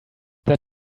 that